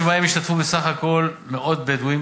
שבהם השתתפו בסך הכול מאות בדואים,